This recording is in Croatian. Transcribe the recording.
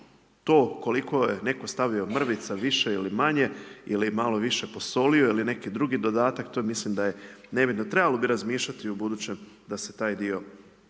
To koliko je netko stavio mrvica više ili manje ili malo više posolio ili neki drugi dodatak, to mislim da je nebitno. Trebalo bi razmišljati u ubudućem da se taj dio